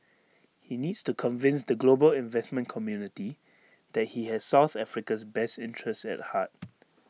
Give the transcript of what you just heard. he needs to convince the global investment community that he has south Africa's best interests at heart